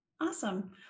awesome